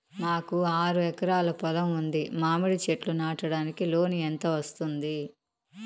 మాకు ఆరు ఎకరాలు పొలం ఉంది, మామిడి చెట్లు నాటడానికి లోను ఎంత వస్తుంది?